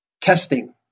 testing